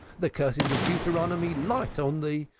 the curses of deuteronomy light on thee.